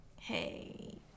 Hey